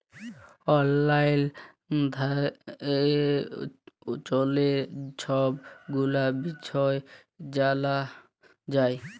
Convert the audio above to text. অললাইল যাঁয়ে ললের ছব গুলা বিষয় জালা যায়